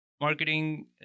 marketing